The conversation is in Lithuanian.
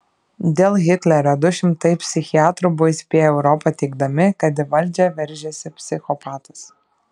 dėl hitlerio du šimtai psichiatrų buvo įspėję europą teigdami kad į valdžią veržiasi psichopatas